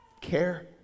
care